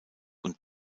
und